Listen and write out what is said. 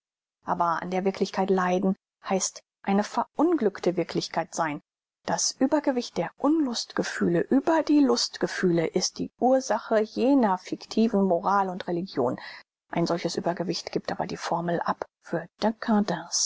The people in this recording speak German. aber an der wirklichkeit leiden heißt eine verunglückte wirklichkeit sein das übergewicht der unlustgefühle über die lustgefühle ist die ursache jener fiktiven moral und religion ein solches übergewicht giebt aber die formel ab für